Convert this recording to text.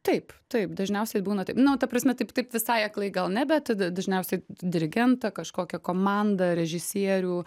taip taip dažniausiai būna tai nu ta prasme taip taip visai aklai gal ne bet d dažniausiai dirigentą kažkokią komandą režisierių